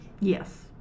Yes